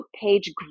page